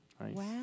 Wow